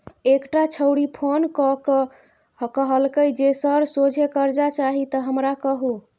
एकटा छौड़ी फोन क कए कहलकै जे सर सोझे करजा चाही त हमरा कहु